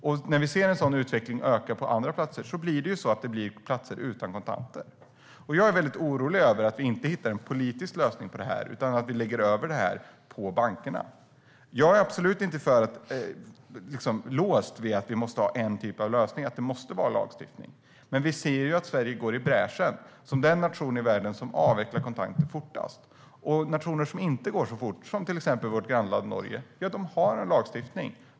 Vi ser en sådan utveckling även på andra platser, och det blir alltså fler platser utan kontanter. Jag är orolig över att vi inte ska hitta en politisk lösning på det här utan att vi i stället lägger över det på bankerna. Jag är absolut inte låst vid att vi måste ha en typ av lösning och att det måste vara lagstiftning. Men vi ser att Sverige går i bräschen som den nation i världen som avvecklar kontanter fortast. Nationer som inte går så fort fram, som till exempel vårt grannland Norge, har en lagstiftning.